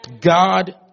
God